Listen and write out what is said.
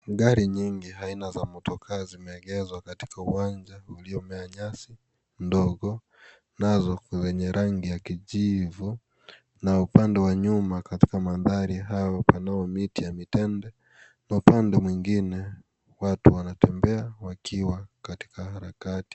Gari nyingi aina za motokaa, zimeegezwa katika uwanja uliomea nyasi ndogo nazo zenye rangi ya kijivu na upande wa nyuma katika maandhari hayo panao miti ya mitende na upande mwingine watu wanatembea wakiwa katika harakati.